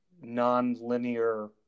non-linear